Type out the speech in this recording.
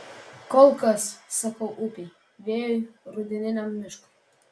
kol kas sakau upei vėjui rudeniniam miškui